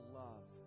love